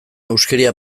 huskeria